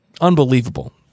Unbelievable